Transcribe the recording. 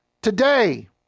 Today